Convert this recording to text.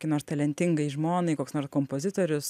kokiai nors talentingai žmonai koks nors kompozitorius